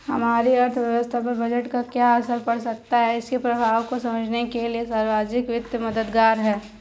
हमारी अर्थव्यवस्था पर बजट का क्या असर पड़ सकता है इसके प्रभावों को समझने के लिए सार्वजिक वित्त मददगार है